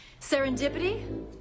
Serendipity